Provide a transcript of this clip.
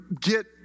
get